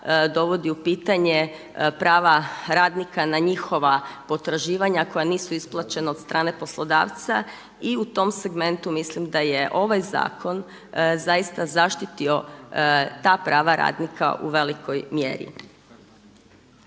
dovodi u pitanje prava radnika na njihova potraživanja koja nisu isplaćivana od strane poslodavca i u tom segmentu mislim da je ovaj zakon zaista zaštitio ta prava radnika u velikoj mjeri.